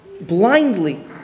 blindly